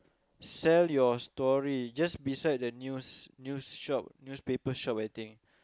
sell your story just beside the news news shop newspaper shop I think